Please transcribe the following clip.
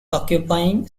occupying